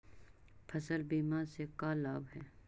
फसल बीमा से का लाभ है?